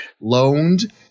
loaned